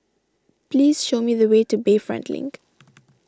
please show me the way to Bayfront Link